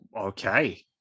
okay